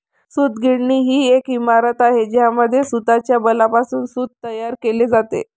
सूतगिरणी ही एक इमारत आहे ज्यामध्ये सूताच्या बॉलपासून सूत तयार केले जाते